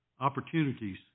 opportunities